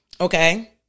Okay